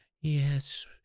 Yes